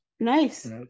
Nice